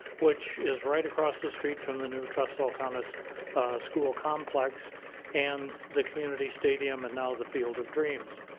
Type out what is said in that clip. which is right across the street from the new trustwell commons kind of school complex and the community stadium and now the field of dreams.